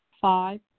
five